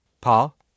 Paul